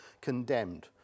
condemned